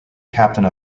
captain